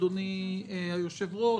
אדוני היושב-ראש,